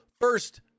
first